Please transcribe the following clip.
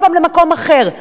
כל פעם למקום אחר.